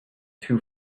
too